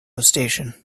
station